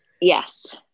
Yes